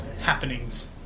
happenings